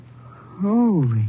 Holy